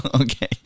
Okay